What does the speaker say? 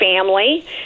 family